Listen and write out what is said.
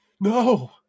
No